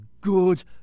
good